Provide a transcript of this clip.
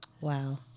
Wow